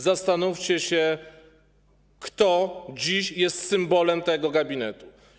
Zastanówcie się kto dziś jest symbolem tego gabinetu.